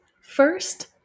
First